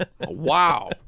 Wow